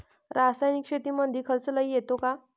रासायनिक शेतीमंदी खर्च लई येतो का?